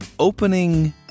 opening